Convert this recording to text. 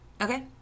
Okay